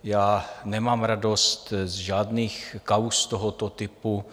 Já nemám radost z žádných kauz tohoto typu.